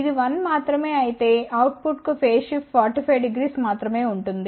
ఇది 1 మాత్రమే అయితే అవుట్పుట్కు ఫేజ్ షిఫ్ట్ 450 మాత్రమే ఉంటుంది